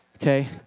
okay